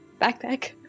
backpack